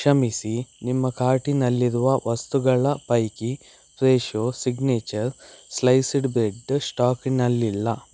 ಕ್ಷಮಿಸಿ ನಿಮ್ಮ ಕಾರ್ಟಿನಲ್ಲಿರುವ ವಸ್ತುಗಳ ಪೈಕಿ ಫ್ರೆಶೊ ಸಿಗ್ನೇಚರ್ ಸ್ಲೈಸ್ಡ್ ಬ್ರೆಡ್ ಸ್ಟಾಕ್ನಲ್ಲಿಲ್ಲ